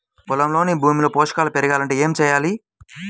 పొలంలోని భూమిలో పోషకాలు పెరగాలి అంటే ఏం చేయాలి?